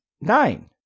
Nine